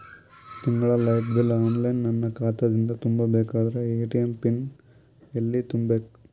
ತಿಂಗಳ light bill online ನನ್ನ ಖಾತಾ ದಿಂದ ತುಂಬಾ ಬೇಕಾದರ ಎ.ಟಿ.ಎಂ ಪಿನ್ ಎಲ್ಲಿ ತುಂಬೇಕ?